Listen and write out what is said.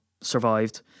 survived